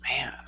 Man